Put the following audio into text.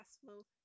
successful